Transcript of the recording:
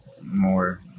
more